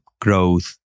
growth